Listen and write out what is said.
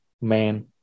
man